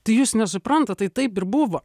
tai jūs nesuprantat tai taip ir buvo